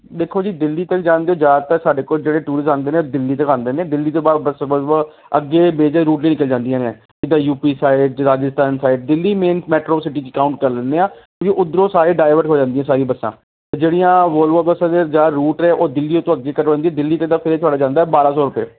ਦੇਖੋ ਜੀ ਦਿੱਲੀ ਤਾਂ ਜਾਂਦੇ ਹੋ ਜ਼ਿਆਦਾਤਰ ਸਾਡੇ ਕੋਲ ਜਿਹੜੇ ਟੂਰਿਸਟ ਆਉਂਦੇ ਨੇ ਦਿੱਲੀ ਦੇ ਜਾਂਦੇ ਨੇ ਦਿੱਲੀ ਤੋਂ ਬਾਅਦ ਬੱਸ ਵੋਲਵੋ ਅੱਗੇ ਮੇਜਰ ਰੂਟ 'ਤੇ ਚੱਲ ਜਾਂਦੀਆਂ ਨੇ ਜਿੱਦਾਂ UP side Rajasthan side Delhi main metro city 'ਚ ਕਾਊਂਟ ਕਰ ਲੈਂਦੇ ਹਾਂ ਉਧਰੋਂ ਸਾਰੇ ਡਾਇਵਰਟ ਹੋ ਜਾਂਦੀਆਂ ਸਾਰੀ ਬੱਸਾਂ ਜਿਹੜੀਆਂ ਵੋਲਵੋ ਬਸ ਜਾਂ ਰੂਟ ਨੇ ਉਹ ਦਿੱਲੀ ਤੋਂ ਅੱਗੇ ਕਰਵਾਉਂਦੀ ਦਿੱਲੀ ਤੱਕ ਦੇ ਫਿਰ ਤੁਹਾਡਾ ਜਾਂਦਾ ਬਾਰ੍ਹਾਂ ਸੌ ਰੁਪਏ